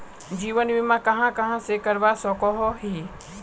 जीवन बीमा कहाँ कहाँ से करवा सकोहो ही?